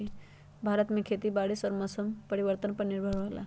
भारत में खेती बारिश और मौसम परिवर्तन पर निर्भर होयला